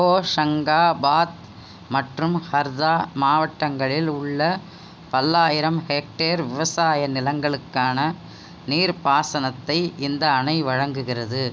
ஹோஷங்காபாத் மற்றும் ஹர்தா மாவட்டங்களில் உள்ள பல்லாயிரம் ஹெக்டேர் விவசாய நிலங்களுக்கான நீர்ப்பாசனத்தை இந்த அணை வழங்குகிறது